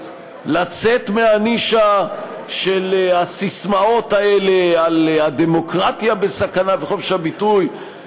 לצאת מהנישה של הססמאות האלה על "הדמוקרטיה בסכנה וחופש הביטוי",